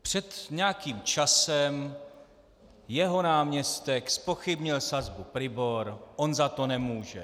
Před nějakým časem jeho náměstek zpochybnil sazbu PRIBOR on za to nemůže.